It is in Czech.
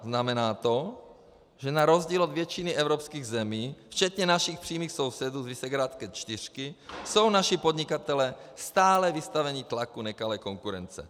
Znamená to, že na rozdíl od většiny evropských zemí, včetně našich přímých sousedů z Visegrádské čtyřky, jsou naši podnikatelé stále vystaveni tlaku nekalé konkurence.